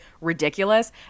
ridiculous